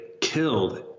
killed